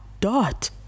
Dot